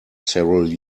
several